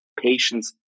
patients